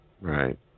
Right